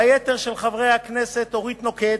והיתר, של חברי הכנסת אורית נוקד,